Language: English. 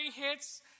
hits